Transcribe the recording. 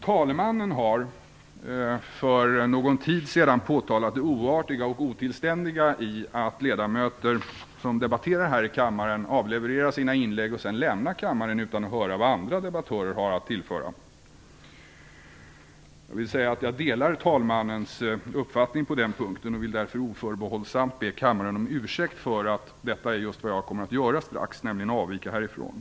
Talmannen har för någon tid sedan påtalat det oartiga och otillständiga i att ledamöter som debatterar här i kammaren avlevererar sina inlägg och sedan lämnar kammaren utan att höra vad andra debattörer har att tillföra. Jag delar talmannens uppfattning på den punkten, och jag vill därför oförbehållsamt be kammaren om ursäkt för att detta är just vad jag strax kommer att göra, nämligen avvika härifrån.